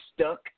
stuck